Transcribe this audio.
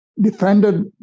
defended